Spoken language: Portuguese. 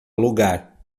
lugar